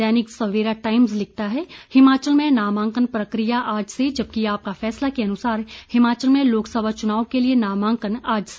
दैनिक Savera Times लिखता है हिमाचल में नामांकन प्रक्रिया आज से जबकि आपका फैसला के अनुसार हिमाचल में लोकसभा चनुाव के लिये नामांकन आज से